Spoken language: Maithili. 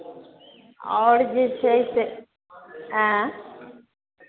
आओर जे छै से आँय